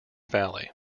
valley